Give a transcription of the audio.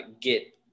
get